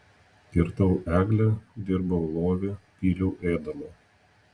kirtau eglę dirbau lovį pyliau ėdalo